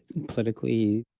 politically.